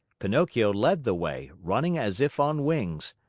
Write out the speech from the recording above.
pinocchio led the way, running as if on wings,